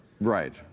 Right